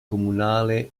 comunale